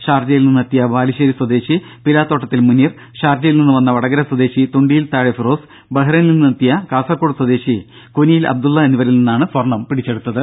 ഷാർജയിൽ നിന്ന് എത്തിയ ബാലുശേരി സ്വദേശി പിലാത്തോട്ടത്തിൽ മുനീർ ഷാർജയിൽ നിന്ന് വന്ന വടകര സ്വദേശി തുണ്ടിയിൽതാഴെ ഫിറോസ് ബഹ്റൈനിൽ നിന്ന് എത്തിയ കാസർകോട് സ്വദേശി കുനിയിൽ അബ്ദുള്ള എന്നിവരിൽ നിന്നാണ് സ്വർണം പിടിച്ചെടുത്തത്